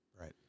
right